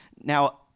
Now